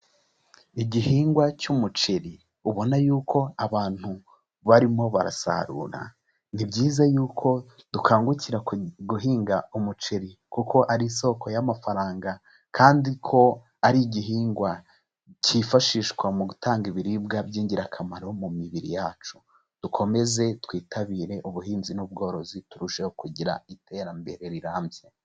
Igihingwa cy'umuceri ubona yuko abantu barimo barasarura. Ni byiza yuko dukangukira guhinga umuceri kuko ari isoko y'amafaranga kandi ko ari igihingwa kifashishwa mu gutanga ibiribwa by'ingirakamaro mu mibiri yacu. Dukomeze twitabire ubuhinzi n'ubworozi turusheho kugira iterambere rirambye.